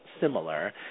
similar